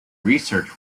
research